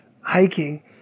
hiking